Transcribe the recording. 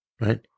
right